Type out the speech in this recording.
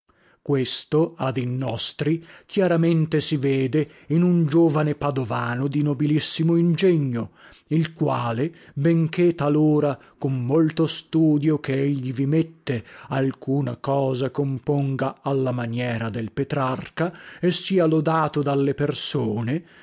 questo a dì nostri chiaramente si vede in un giovane padovano di nobilissimo ingegno il quale benché talora con molto studio che egli vi mette alcuna cosa componga alla maniera del petrarca e sia lodato dalle persone